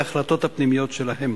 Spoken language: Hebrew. על כל פנים, על-פי ההחלטות פנימיות שלהם.